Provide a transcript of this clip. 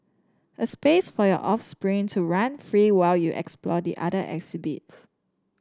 a space for your offspring to run free while you explore the other exhibits